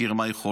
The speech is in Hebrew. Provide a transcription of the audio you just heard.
מכיר מה יכולים,